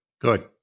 Good